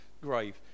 grave